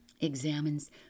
examines